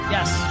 Yes